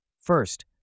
First